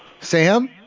Sam